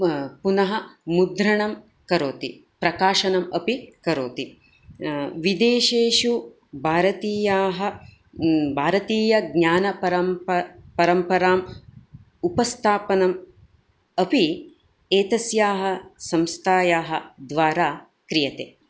पुनः मुद्रणं करोति प्रकाशनम् अपि करोति विदेशेषु भारतीयाः भारतीयज्ञानपरम्पर परम्परां उपस्थापनं अपि एतस्याः संस्थायाः द्वारा क्रियते